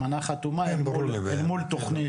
הזמנה חתומה אל מול תכנית.